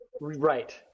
Right